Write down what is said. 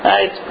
Right